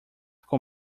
com